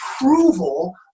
approval